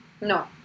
No